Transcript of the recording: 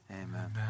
Amen